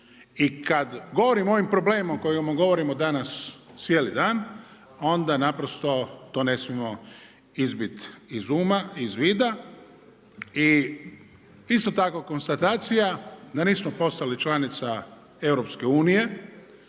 i kad govorimo o ovim problemima o kojima govorimo danas cijeli dan, onda naprosto to ne smijemo izbit iz uma, iz vida, i isto tako konstatacija, da nismo postali članica EU-a,